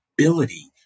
ability